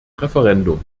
referendum